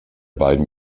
beiden